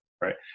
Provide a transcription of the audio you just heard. right